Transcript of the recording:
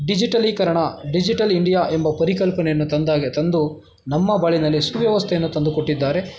ಡಿಜಿಟಲೀಕರಣ digital India ಎಂಬ ಪರಿಕಲ್ಪನೆಯನ್ನು ತಂದಾಗೆ ತಂದು ನಮ್ಮ ಬಾಳಿನಲ್ಲಿ ಸುವ್ಯವಸ್ಥೆಯನ್ನು ತಂದುಕೊಟ್ಟಿದ್ದಾರೆ